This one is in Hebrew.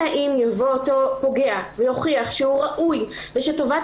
אלא אם אותו פוגע יוכיח שהוא ראוי ושטובת